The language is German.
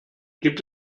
gibt